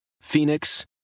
Phoenix